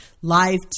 live